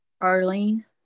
Arlene